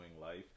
life